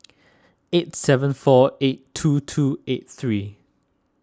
eight seven four eight two two eight three